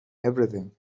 everything